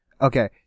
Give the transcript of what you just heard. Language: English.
Okay